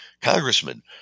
congressman